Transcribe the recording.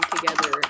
together